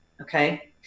okay